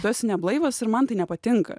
tu esi neblaivas ir man tai nepatinka